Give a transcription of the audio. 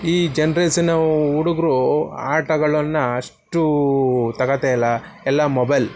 ಈ ಜನ್ರೇಸಿನ ಹುಡುಗ್ರು ಆಟಗಳನ್ನು ಅಷ್ಟೂ ತಗೊಳ್ತಾ ಇಲ್ಲ ಎಲ್ಲ ಮೊಬೈಲ್